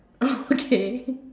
okay